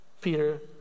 Peter